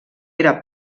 era